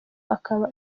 akaba